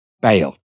bail